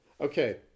Okay